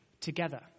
together